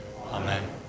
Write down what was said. Amen